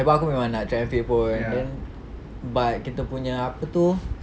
lagipun aku memang nak track and field pun then but kita punya apa tu